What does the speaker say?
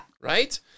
Right